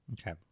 Okay